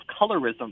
colorism